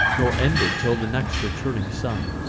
nor ended till the next returning sun.